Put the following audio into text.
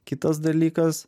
kitas dalykas